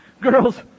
girls